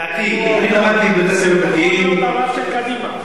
אני למדתי בבתי-ספר דתיים,